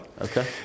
Okay